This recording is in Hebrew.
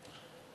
חברי חברי הכנסת,